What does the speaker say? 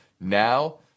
Now